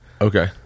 okay